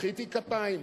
מחאתי כפיים.